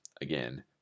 Again